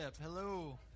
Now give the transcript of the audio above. Hello